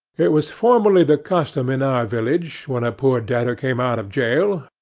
it was formerly the custom in our village, when a poor debtor came out of jail,